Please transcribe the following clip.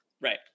right